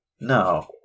no